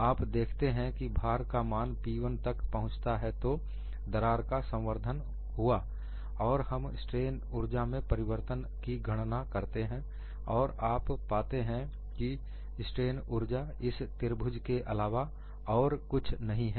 आप देखते हैं कि जब भार का मान P1 तक पहुंचता है तो दरार का संवर्धन हुआ और हम स्ट्रेन ऊर्जा में परिवर्तन की गणना करते हैं और आप पाते हैं कि स्ट्रेन ऊर्जा इस त्रिभुज के अलावा और कुछ नहीं है